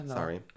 sorry